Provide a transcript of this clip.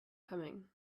coming